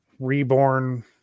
Reborn